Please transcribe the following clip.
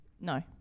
No